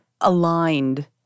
aligned